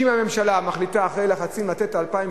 שאם הממשלה מחליטה אחרי לחצים לתת 2,000